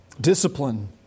Discipline